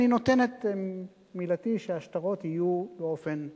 אני נותן את מילתי שהשטרות יהיו באופן ראוי,